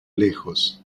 lejos